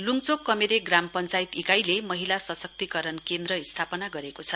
लुङचोक कमेरे ग्राम पञ्चायत इकाइले महिला सशक्ती करण केन्द्र स्थापना गरेकोछ